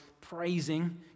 praising